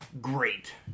great